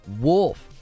Wolf